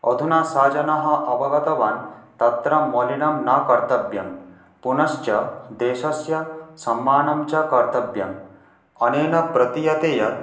अधुना सः जनः अवगतवान् तत्र मलिनं न कर्तव्यं पुनश्च देशस्य सम्मानं च कर्तव्यम् अनेन प्रतियते यत्